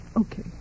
Okay